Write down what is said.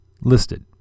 listed